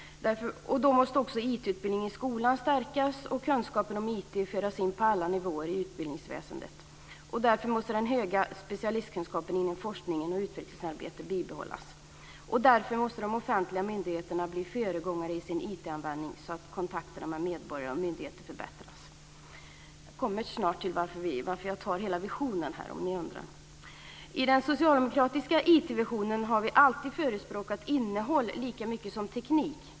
Då måste också IT-utbildningen i skolan stärkas och kunskapen om IT föras in på alla nivåer i utbildningsväsendet. Därför måste den höga specialistkunskapen inom forskning och utvecklingsarbete bibehållas. Därför måste de offentliga myndigheterna bli föregångare i sin IT-användning, så att kontakterna med medborgare och myndigheter förbättras. I den socialdemokratiska IT-visionen har vi alltid förespråkat innehåll lika mycket som teknik.